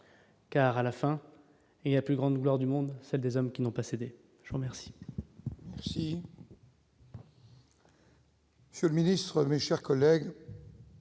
car à la fin et il y a plus grande gloire du monde, celle des hommes qui n'ont passé. Je remercie.